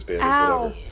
Ow